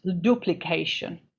duplication